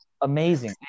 amazing